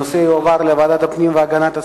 הנושא יועבר לוועדת הפנים והגנת הסביבה.